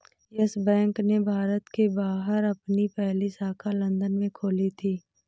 yes Bank ने भारत के बाहर अपनी पहली शाखा लंदन में खोली थी